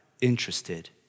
interested